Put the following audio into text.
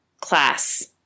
class